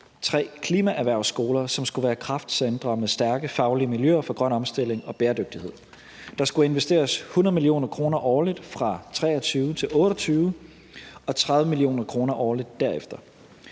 tre klimaerhvervsskoler, som skulle være kraftcentre med stærke faglige miljøer for grøn omstilling og bæredygtighed; der skulle investeres 100 mio. kr. årligt fra 2023-2028 og 30 mio. kr. årligt derefter.